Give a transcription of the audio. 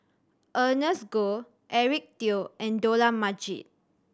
Ernest Goh Eric Teo and Dollah Majid